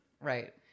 Right